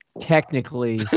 Technically